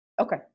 Okay